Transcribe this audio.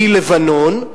והיא לבנון,